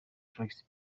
forex